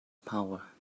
power